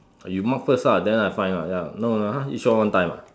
ah you mark first lah then I find lah ya no !huh! each one one time ah